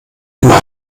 immer